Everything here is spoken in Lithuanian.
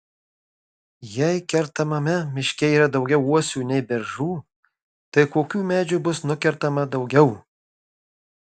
jei kertamame miške yra daugiau uosių nei beržų tai kokių medžių bus nukertama daugiau